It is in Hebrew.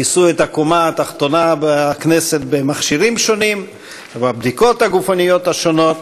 כיסו את הקומה התחתונה בכנסת במכשירים שונים ובבדיקות הגופניות השונות.